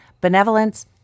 benevolence